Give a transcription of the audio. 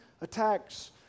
attacks